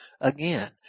again